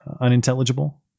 unintelligible